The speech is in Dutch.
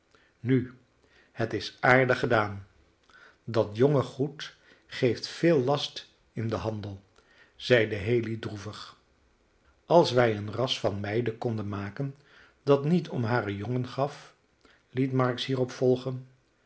nu het is aardig gedaan dat jonge goed geeft veel last in den handel zeide haley droevig als wij een ras van meiden konden maken dat niet om hare jongen gaf liet marks hierop volgen